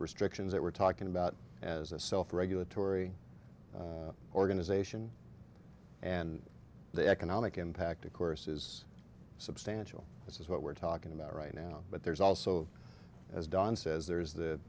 restrictions that we're talking about as a self regulatory organization and the economic impact of course is substantial this is what we're talking about right now but there's also as don says there is the